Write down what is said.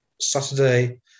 Saturday